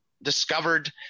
discovered